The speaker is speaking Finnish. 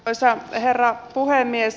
arvoisa herra puhemies